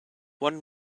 one